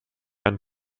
einen